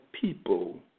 people